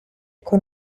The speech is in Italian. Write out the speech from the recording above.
con